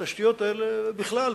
בכלל,